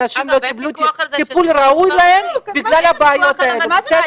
אנשים לא קיבלו טיפול הראוי להם בגלל הבעיות האלה.